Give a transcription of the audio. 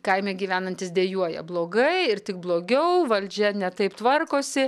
kaime gyvenantys dejuoja blogai ir tik blogiau valdžia ne taip tvarkosi